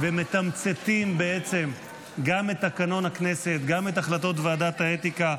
ומתמצתים בעצם גם את תקנון הכנסת וגם את החלטות ועדת האתיקה,